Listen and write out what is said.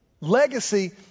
Legacy